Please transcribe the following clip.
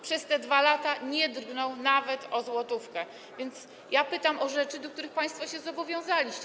Przez te 2 lata nie drgnął nawet o złotówkę, więc pytam o rzeczy, do których państwo się zobowiązaliście.